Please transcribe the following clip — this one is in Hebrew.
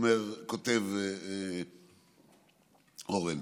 כותב אורן,